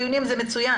דיונים זה מצוין,